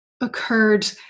occurred